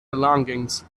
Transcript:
belongings